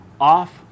off